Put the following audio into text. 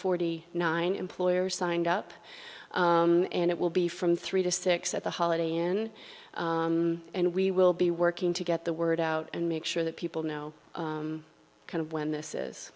forty nine employers signed up and it will be from three to six at the holiday inn and we will be working to get the word out and make sure that people know kind of when this is